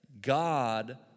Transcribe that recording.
God